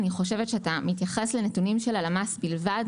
אני חושבת שאתה מתייחס לנתונים של הלמ"ס בלבד.